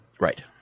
Right